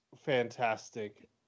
fantastic